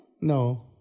no